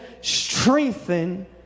strengthen